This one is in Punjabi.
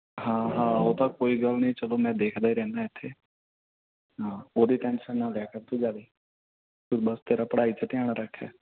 ਹਾਂ ਹਾਂ ਉਹ ਤਾਂ ਕੋਈ ਗੱਲ ਨਹੀਂ ਚਲੋ ਮੈਂ ਦੇਖਦਾ ਹੀ ਰਹਿੰਦਾ ਇੱਥੇ ਹਾਂ ਉਹਦੀ ਟੈਂਸ਼ਨ ਨਾ ਲਿਆ ਕਰ ਤੂੰ ਜ਼ਿਆਦਾ ਤੂੰ ਬਸ ਤੇਰਾ ਪੜ੍ਹਾਈ 'ਚ ਧਿਆਨ ਰੱਖ